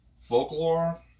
folklore